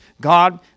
God